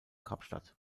kapstadt